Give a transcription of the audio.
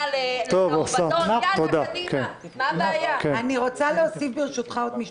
אין בעיה להציב מצלמות